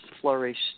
flourished